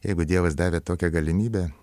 jeigu dievas davė tokią galimybę